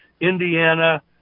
Indiana